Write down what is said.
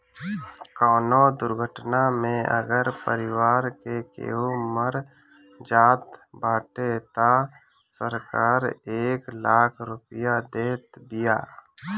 कवनो दुर्घटना में अगर परिवार के केहू मर जात बाटे तअ सरकार एक लाख रुपिया देत बिया